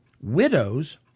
widows